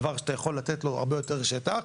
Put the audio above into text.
דבר שאתה יכול לתת לו הרבה יותר שטח,